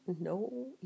No